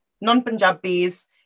non-Punjabis